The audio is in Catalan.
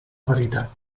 veritat